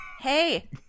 Hey